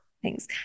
Thanks